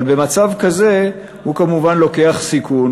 אבל במצב כזה הוא כמובן לוקח סיכון,